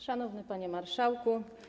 Szanowny Panie Marszałku!